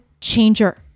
changer